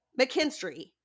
McKinstry